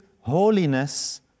holiness